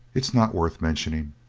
it's not worth mentioning.